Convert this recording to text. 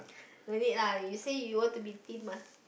no need lah you say you want to be thin lah